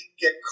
get